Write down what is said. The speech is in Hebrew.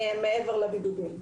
מעבר לבידודים.